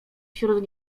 wśród